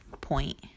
point